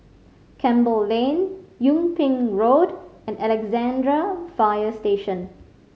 Campbell Lane Yung Ping Road and Alexandra Fire Station